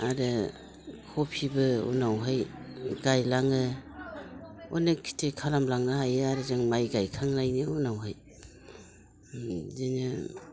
आरो खफिबो उनावहाय गायलाङो उननि खेथि खालामलांनो हायो आरो जों माइ गायखांनायनि उनावहाय बिदिनो